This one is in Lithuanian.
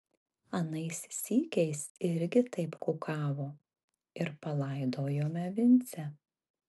anais sykiais irgi taip kukavo ir palaidojome vincę